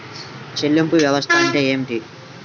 చెల్లింపు వ్యవస్థ అంటే ఏమిటి?